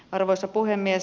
arvoisa puhemies